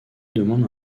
demande